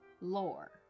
lore